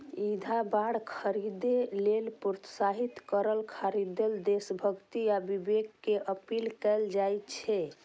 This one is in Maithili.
युद्ध बांड खरीदै लेल प्रोत्साहित करय खातिर देशभक्ति आ विवेक के अपील कैल जाइ छै